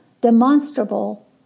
demonstrable